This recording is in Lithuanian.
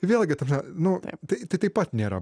vėlgi tada nu tai taip pat nėra